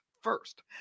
first